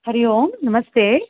हरिः ओं नमस्ते